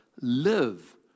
live